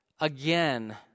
again